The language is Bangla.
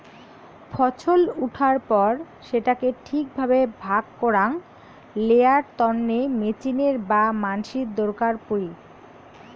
ফছল উঠার পর সেটাকে ঠিক ভাবে ভাগ করাং লেয়ার তন্নে মেচিনের বা মানসির দরকার পড়ি